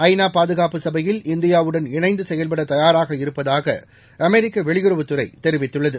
ஐநா பாதுகாப்பு சபையில் இந்தியாவுடன் இணைந்து செயல்பட தயாராக இருப்பதாக அமெரிக்க வெளியுறவுத்துறை தெரிவித்துள்ளது